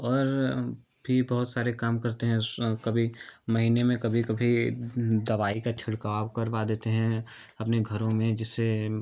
और भी बहुत सारे काम करते हैं कभी महीने में कभी कभी दवाई का छिड़काव करवा देते हैं अपने घरों में जिससे